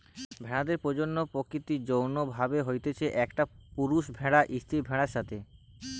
ভেড়াদের প্রজনন প্রাকৃতিক যৌন্য ভাবে হতিছে, একটা পুরুষ ভেড়ার স্ত্রী ভেড়াদের সাথে